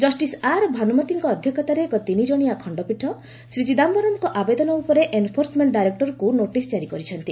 ଜଷିସ୍ ଆର୍ ଭାନୁମତୀଙ୍କ ଅଧ୍ୟକ୍ଷତାରେ ଏକ ତିନିକ୍ଷଣିଆ ଖଣ୍ଡପୀଠ ଶ୍ରୀ ଚିଦାୟରମ୍ଙ୍କ ଆବେଦନ ଉପରେ ଏନ୍ଫୋର୍ସମେଙ୍କ ଡାଇରେକ୍ଟୋରେଟ୍କୁ ନୋଟିସ୍ କାରି କରିଛନ୍ତି